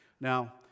Now